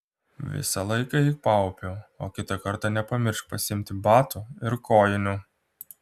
visą laiką eik paupiu o kitą kartą nepamiršk pasiimti batų ir kojinių